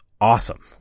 awesome